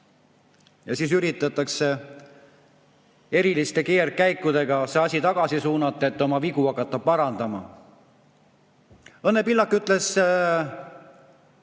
Siis üritatakse eriliste keerdkäikudega see asi tagasi suunata, et oma vigu parandada. Õnne Pillak ütles